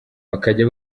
bakajya